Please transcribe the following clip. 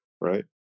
right